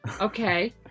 Okay